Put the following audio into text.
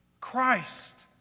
Christ